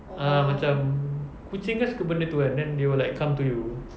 ah macam kucing kan suka benda itu kan then they will like come to you